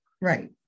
Right